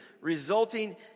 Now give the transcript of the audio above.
resulting